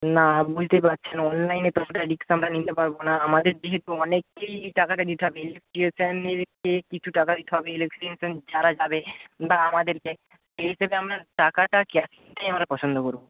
না বুঝতেই পারছেন অনলাইনে তো অতটা রিস্ক আমরা নিতে পারবো না আমাদের যেহেতু অনেককেই টাকাটা দিতে হবে ইলেকট্রিশিয়ানকে কিছু টাকা দিতে হবে ইলেকট্রিশিয়ান যারা যাবে বা আমাদেরকে সেই হিসেবে আমরা টাকাটা ক্যাশ নিতেই আমরা পছন্দ করবো